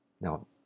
Now